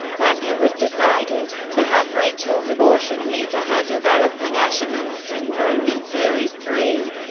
when it was decided to have rachel's abortion lead to her developing asherman's syndrome in series three,